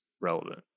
relevant